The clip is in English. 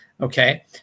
Okay